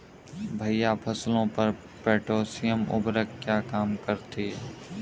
भैया फसलों पर पोटैशियम उर्वरक क्या काम करती है?